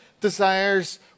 desires